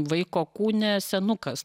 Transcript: vaiko kūne senukas